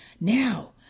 Now